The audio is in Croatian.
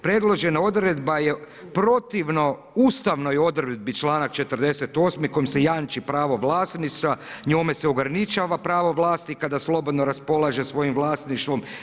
Predložena odredba je protivno ustavnoj odredbi čl. 48. kojim se jamči pravo vlasništva, njome se ograničava pravo vlasnika da slobodno raspolaže svojim vlasništvom.